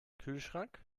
kühlschrank